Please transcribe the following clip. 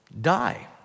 die